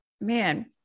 man